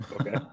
Okay